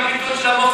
עם הביטול של האירוע,